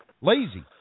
Lazy